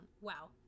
wow